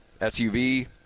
SUV